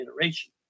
iteration